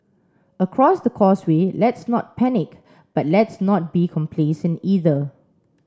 across the causeway let's not panic but let's not be complacent either